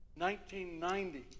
1990